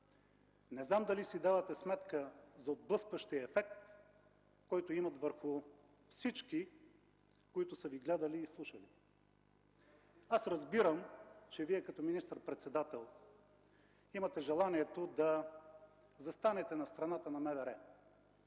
Не знам дали си давате сметка за отблъскващия ефект, който имат върху всички, които са Ви гледали и слушали. Аз разбирам, че Вие като министър-председател имате желанието да застанете на страната на МВР,